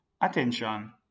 attention